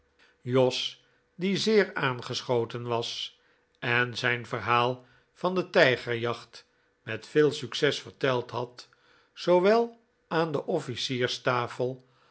jos die zeer aangeschoten was en zijn verhaal van de tijgerjacht met veel succes verteld had zoowel aan de